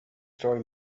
story